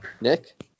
Nick